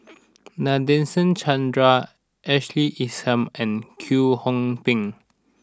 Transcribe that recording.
Nadasen Chandra Ashley Isham and Kwek Hong Png